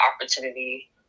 opportunity